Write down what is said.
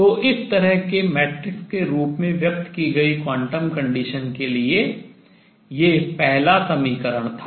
तो इस तरह के मैट्रिक्स के रूप में व्यक्त की गई quantum condition क्वांटम शर्त के लिए ये पहला समीकरण था